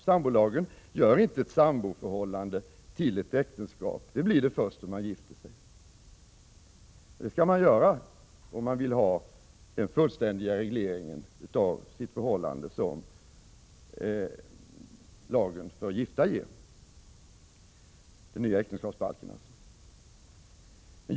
Sambolagen gör inte ett samboförhållande till ett äktenskap. Det blir det först om man gifter sig. Det skall man göra om man vill ha den fullständiga reglering av förhållandet som lagstiftningen för gifta, dvs. den nya äktenskapsbalken, ger.